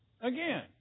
Again